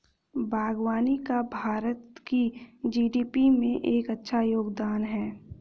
बागवानी का भारत की जी.डी.पी में एक अच्छा योगदान है